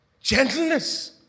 gentleness